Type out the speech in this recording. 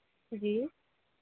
जी